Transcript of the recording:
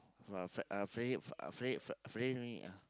uh Fri~ uh Fri~ uh Fri~ uh Friday no need ah